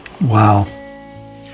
Wow